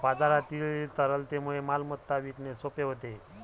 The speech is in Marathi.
बाजारातील तरलतेमुळे मालमत्ता विकणे सोपे होते